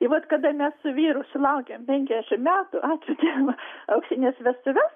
ir vat kada ne su vyru sulaukėm penkiasdešimt metų atšventėm auksines vestuves